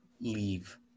leave